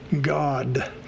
God